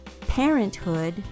Parenthood